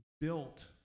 built